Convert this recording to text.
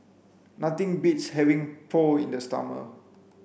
nothing beats having Pho in the summer